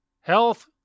health